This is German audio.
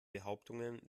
behauptungen